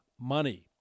money